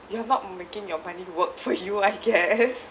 you are not making your money work for you I guess